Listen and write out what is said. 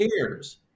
cares